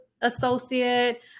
associate